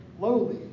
lowly